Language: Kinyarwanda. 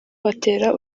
batera